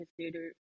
consider